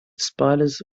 spiders